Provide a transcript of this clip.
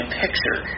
picture